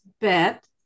Bet